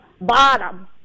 bottom